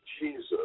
Jesus